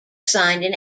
signed